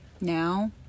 now